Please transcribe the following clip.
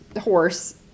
horse